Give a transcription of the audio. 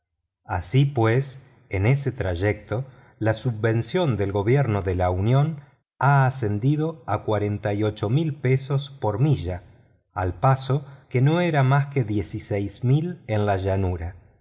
así pues en ese trayecto la subvención del gobierno de la unión ha ascendido a cuarenta y ocho mil dólares por milla al paso que no eran más que dieciséis en la llanura